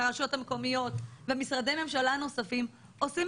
הרשויות המקומיות ומשרדי ממשלה נוספים עושים